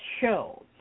show